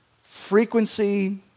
frequency